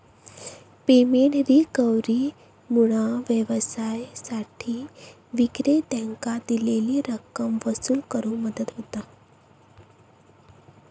payment रिकव्हरीमुळा व्यवसायांसाठी विक्रेत्यांकां दिलेली रक्कम वसूल करुक मदत होता